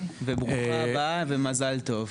ברוכה הבאה ומזל טוב,